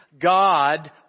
God